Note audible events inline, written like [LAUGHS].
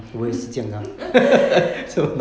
[LAUGHS]